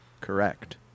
Correct